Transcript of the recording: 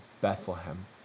Bethlehem